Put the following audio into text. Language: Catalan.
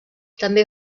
també